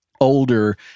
older